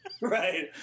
Right